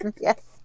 Yes